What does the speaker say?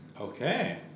Okay